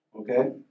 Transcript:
okay